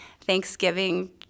Thanksgiving